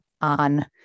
on